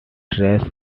trace